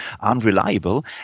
unreliable